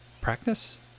practice